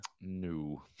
no